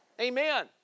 Amen